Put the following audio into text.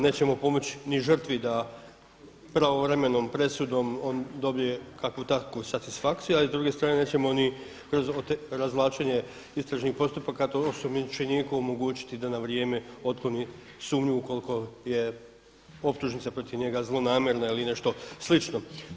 Nećemo pomoći ni žrtvi da pravovremenom presudom on dobije kakvu takvu satisfakciju, ali s druge strane nećemo ni kroz razvlačenje istražnih postupaka to osumnjičeniku omogućiti da na vrijeme otkloni sumnju ukoliko je optužnica protiv njega zlonamjerna ili nešto slično.